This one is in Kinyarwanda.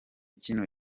kino